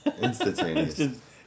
Instantaneous